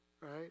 right